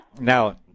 Now